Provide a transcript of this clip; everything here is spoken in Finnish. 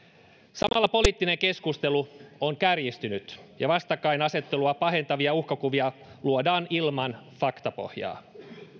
samalla poliittinen keskustelu on kärjistynyt ja vastakkainasettelua pahentavia uhkakuvia luodaan ilman faktapohjaa